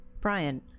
Brian